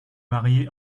mariée